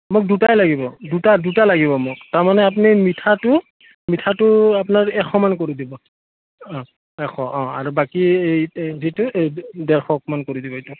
মোক দুটাই লাগিব দুটা দুটা লাগিব মোক তাৰমানে আপুনি মিঠাটো মিঠাটো আপোনাৰ এশমান কৰি দিব অঁ এশ অঁ আৰু বাকী এই যিটো ডেৰশমান কৰি দিব এইটো